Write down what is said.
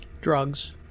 Drugs